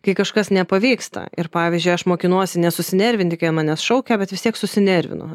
kai kažkas nepavyksta ir pavyzdžiui aš mokinuosi nesusinervinti kai ant manęs šaukia bet vis tiek susinervinu